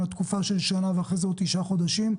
התקופה של שנה ואחר כך עוד תשעה חודשים.